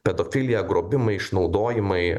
pedofilija grobimai išnaudojimai